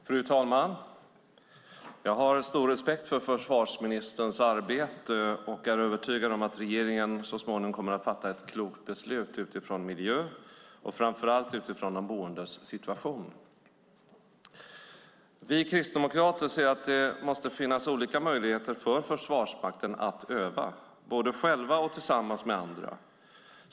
Fru talman! Jag har stor respekt för försvarsministerns arbete, och jag är övertygad om att regeringen så småningom kommer att fatta ett klokt beslut utifrån miljöhänsyn och framför allt utifrån de boendes situation. Vi kristdemokrater ser att det måste finnas olika möjligheter för Försvarsmakten att öva, både själv och tillsammans med andra.